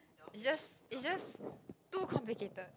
is just is just too complicated